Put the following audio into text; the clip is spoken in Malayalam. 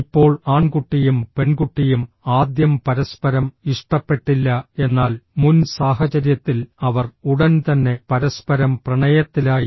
ഇപ്പോൾ ആൺകുട്ടിയും പെൺകുട്ടിയും ആദ്യം പരസ്പരം ഇഷ്ടപ്പെട്ടില്ല എന്നാൽ മുൻ സാഹചര്യത്തിൽ അവർ ഉടൻ തന്നെ പരസ്പരം പ്രണയത്തിലായി